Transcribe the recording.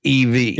EV